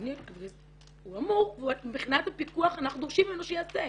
הוא אמור ומבחינת הפיקוח אנחנו דורשים ממנו שיעשה.